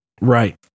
right